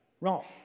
Wrong